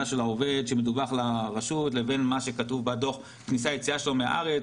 שהעובד מדווח לרשות לבין מה שכתוב בדוח כניסה יציאה שלו מהארץ.